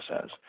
says